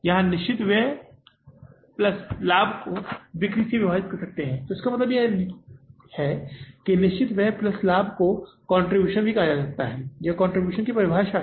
यहाँ निश्चित व्यय प्लस लाभ को बिक्री से विभाजित करते है तो इसका मतलब निश्चित व्यय प्लस लाभ को कंट्रीब्यूशन भी कहा जाता है यह कंट्रीब्यूशन की परिभाषा है